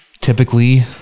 typically